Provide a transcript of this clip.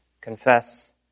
confess